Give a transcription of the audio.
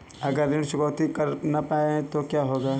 अगर ऋण चुकौती न कर पाए तो क्या होगा?